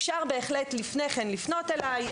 אפשר בהחלט לפני כן לפנות אלי.